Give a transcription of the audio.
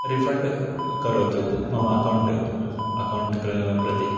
refund करोतु मम account account प्रति